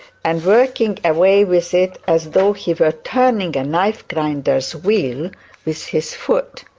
and working away with it as though he were turning a knife-grinder's wheel with his foot.